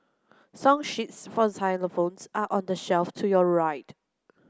song sheets for xylophones are on the shelf to your right